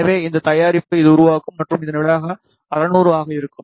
எனவே இந்த தயாரிப்பு அது உருவாக்கும் மற்றும் இதன் விளைவாக 600 ஆக இருக்கும்